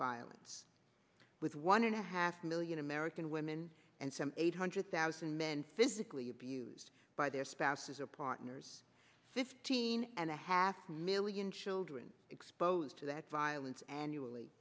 violence with one and a half million american women and some eight hundred thousand men physically abused by their spouses or partners fifteen and a half million children posed to that violence annually